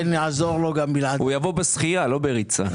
הוא יבוא בשחייה, לא בריצה.